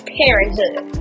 parenthood